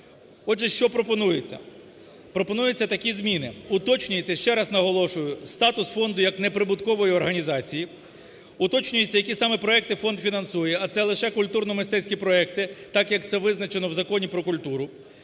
Отже, що пропонується. Пропонуються такі зміни: уточнюється, ще раз наголошую, статус фонду як неприбуткової організації; уточнюється, які саме проекти фонд фінансує, а це лише культурно-мистецькі проекти так як це визначено в Законі "Про культуру";